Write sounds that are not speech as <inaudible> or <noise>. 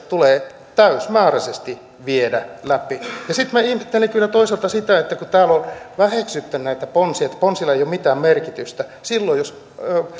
<unintelligible> tulee täysimääräisesti viedä läpi ja sitten minä ihmettelen kyllä toisaalta sitä että täällä väheksytte näitä ponsia että ponsilla ei ole mitään merkitystä silloin jos